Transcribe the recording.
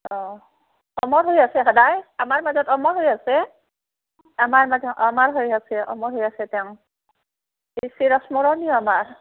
অ অমৰ হৈ আছে সদায় আমাৰ মাজত অমৰ হৈ আছে আমাৰ মাজত অমৰ হৈ আছে অমৰ হৈ আছে তেওঁ চিৰস্মৰণীয় আমাৰ